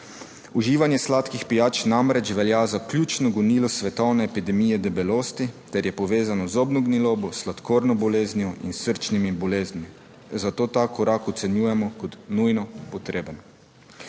Uživanje sladkih pijač namreč velja za ključno gonilo svetovne epidemije debelosti ter je povezano z zobno gnilobo, sladkorno boleznijo in s srčnimi boleznimi, zato ta korak ocenjujemo kot nujno potreben.